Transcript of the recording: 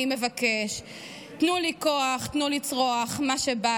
ואני מבקש // תנו לי כוח / תנו לצרוח / מה שבא